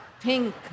pink